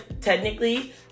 technically